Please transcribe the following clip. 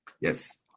Yes